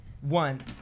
one